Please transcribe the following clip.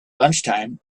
lunchtime